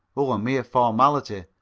oh, a mere formality,